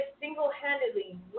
single-handedly